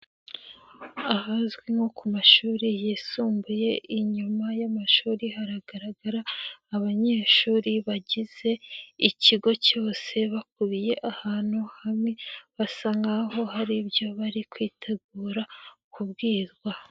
Ahazwi nko ku mashuri yisumbuye inyuma y'amashuri haragaragara abanyeshuri bagize ikigo cyose bakubiye ahantu hamwe basa nkaho hari ibyo bari kwitegura kubwirwa.